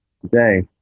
today